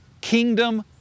kingdom